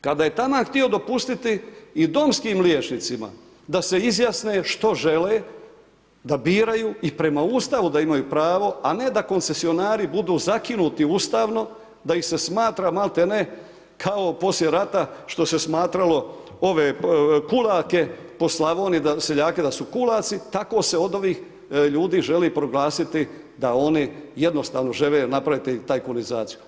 Kada je … htio dopustiti i domskim liječnicima da se izjasne što žele, da biraju i prema Ustavu da imaju pravo, a ne da koncesionari budu zakinuti ustavno, da ih se smatra malte ne kao poslije rata što se smatralo ove kulake po Slavoniji seljake da su kulaci, tako se od ovih ljudi želi proglasiti da oni jednostavno žele napraviti tajkunizaciju.